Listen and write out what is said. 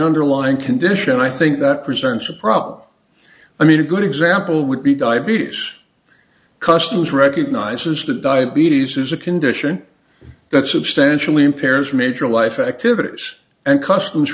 underlying condition i think that presents a problem i mean a good example would be diabetes customers recognizes that diabetes is a condition that substantially impairs major life activity and customs